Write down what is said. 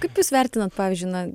kaip jūs vertinat pavyzdžiui na